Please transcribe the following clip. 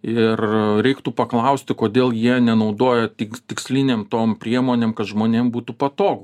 ir reiktų paklausti kodėl jie nenaudoja tik tikslinėm tom priemonėm kad žmonėm būtų patogu